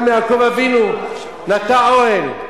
גם יעקב אבינו נטה אוהל,